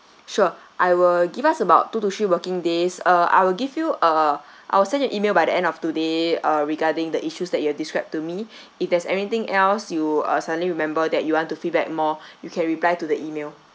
sure I will give us about two to three working days uh I will give you uh I will send you email by the end of today uh regarding the issues that you are described to me if there's anything else you uh suddenly remember that you want to feedback more you can reply to the email